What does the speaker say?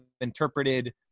interpreted